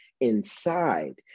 inside